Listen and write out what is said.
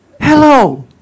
Hello